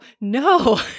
no